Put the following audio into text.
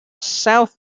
south